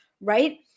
right